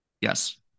Yes